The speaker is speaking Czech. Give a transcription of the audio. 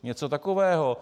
Něco takového.